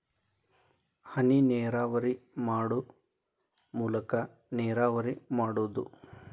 ಹನಿನೇರಾವರಿ ಮಾಡು ಮೂಲಾಕಾ ನೇರಾವರಿ ಮಾಡುದು